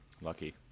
lucky